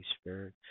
Spirit